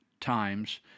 Times